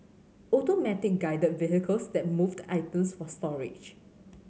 Automatic Guided Vehicles then move the items for storage